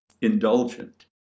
indulgent